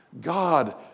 God